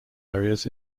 areas